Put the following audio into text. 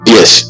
Yes